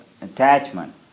attachment